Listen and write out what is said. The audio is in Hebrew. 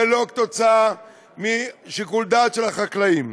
ולא תוצאה של שיקול דעת של החקלאים.